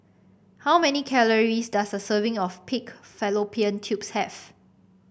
how many calories does a serving of Pig Fallopian Tubes have